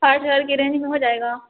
پانچ ہزار کی رینجنگ میں ہو جائے گا